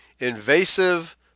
invasive